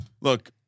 Look